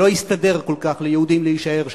לא הסתדר כל כך ליהודים להישאר שם,